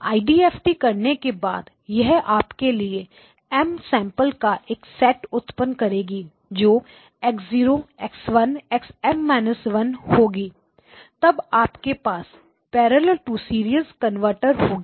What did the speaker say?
IDFT IDFT करने के बाद यह आपके लिए एम M सैंपल्स का एक सेट उत्पन्न करेगी जो x0 x1 x M−1 होगी तब आपके पास पैरेलल से सीरियल कनवर्टर होगी